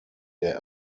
der